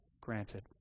granted